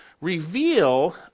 reveal